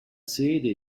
sede